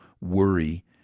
worry